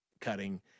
cutting